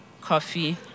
coffee